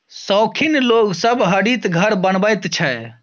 शौखीन लोग सब हरित घर बनबैत छै